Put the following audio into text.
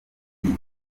iyi